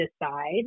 decide